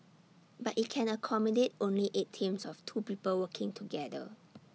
but IT can accommodate only eight teams of two people working together